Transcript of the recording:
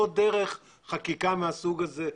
לא דרך חקיקה מהסוג הזה.